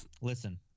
Listen